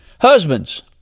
husbands